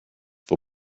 for